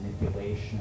manipulation